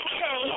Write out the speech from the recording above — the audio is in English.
Okay